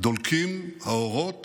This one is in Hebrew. דולקים האורות